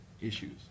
issues